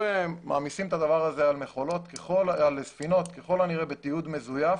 מעמיסים את הדבר הזה על ספינות ככל הנראה בתיעוד מזויף.